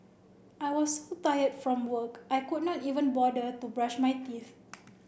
I was so tired from work I could not even bother to brush my teeth